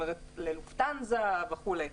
לופטהנזה וכולי.